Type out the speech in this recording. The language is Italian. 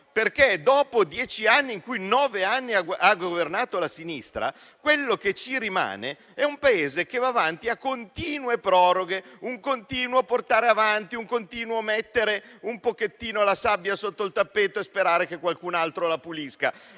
Perché dopo dieci anni, in nove dei quali ha governato la sinistra, quello che ci rimane è un Paese che va avanti a continue proroghe, con un continuo portare avanti, un continuo mettere la sabbia sotto il tappeto e sperare che qualcun altro la pulisca.